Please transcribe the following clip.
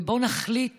בואו נחליט